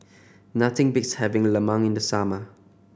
nothing beats having lemang in the summer